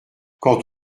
quand